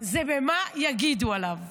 זה במה יגידו עליו,